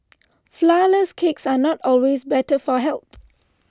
Flourless Cakes are not always better for health